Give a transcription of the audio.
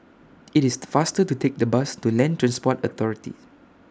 It's faster to Take The Bus to Land Transport Authority